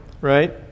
right